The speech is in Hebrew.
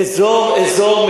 אזור-אזור,